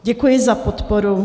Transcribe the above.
Děkuji za podporu.